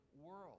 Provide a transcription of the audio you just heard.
world